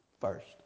First